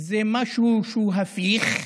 זה משהו שהוא הפיך,